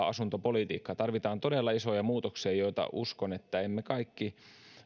asuntopolitiikkaa tarvitaan todella isoja muutoksia ja uskon että me kaikki